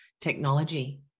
technology